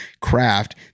craft